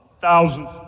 thousands